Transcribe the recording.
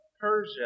Persia